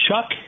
Chuck